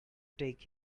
take